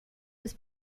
des